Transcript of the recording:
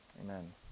Amen